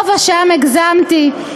פה ושם הגזמתי,